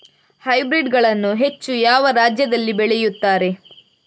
Hybrid ಗಳನ್ನು ಹೆಚ್ಚು ಯಾವ ರಾಜ್ಯದಲ್ಲಿ ಬೆಳೆಯುತ್ತಾರೆ?